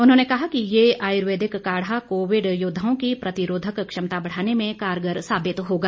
उन्होंने कहा कि ये आयुर्वेदिक काढ़ा कोविड योद्वाओं की प्रतिरोधक क्षमता बढ़ाने में कारगर साबित होगा